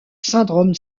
syndrome